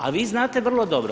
A vi znate vrlo dobro.